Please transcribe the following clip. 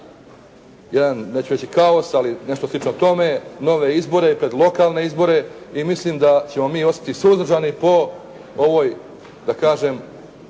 jedan neću reći kaos ali nešto slično tome, nove izbore, pred lokalne izbore i mislim da ćemo mi ostati suzdržani po ovoj da kažem,